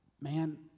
Man